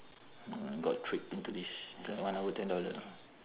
got trick into this inside one hour ten dollar